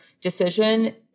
decision